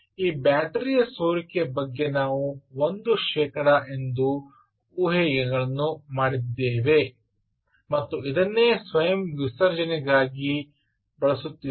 ಈ ಬ್ಯಾಟರಿಯ ಸೋರಿಕೆಯ ಬಗ್ಗೆ ನಾವು 1 ಶೇಕಡಾ ಎಂದು ಊಹೆಗಳನ್ನು ಮಾಡಿದ್ದೇವೆ ಮತ್ತು ಇದನ್ನೇ ಸ್ವಯಂ ವಿಸರ್ಜನೆಗಾಗಿ ಬಳಸುತ್ತಿದ್ದೇನೆ